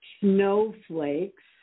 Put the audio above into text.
snowflakes